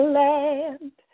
land